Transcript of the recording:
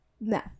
No